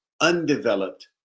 undeveloped